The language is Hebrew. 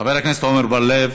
חבר הכנסת עמר בר-לב,